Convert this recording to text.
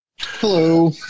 hello